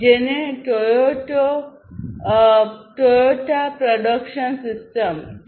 જેને Toyota production system T